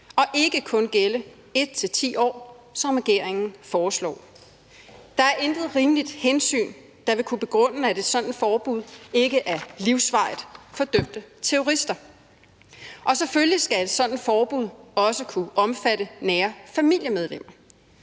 og ikke kun gælde 1-10 år, som regeringen foreslår. Der er intet rimeligt hensyn, der vil kunne begrunde, at sådanne forbud ikke er livsvarige for dømte terrorister, og selvfølgelig skal sådanne forbud også kunne omfatte nære familiemedlemmer.